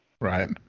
Right